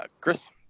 Chris